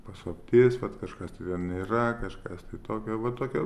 paslaptis vat kažkas tai ten yra kažkas tokio va tokia